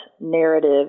narrative